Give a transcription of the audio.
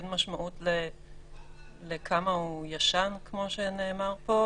אין משמעות לכמה הוא ישן, כמו שנאמר פה.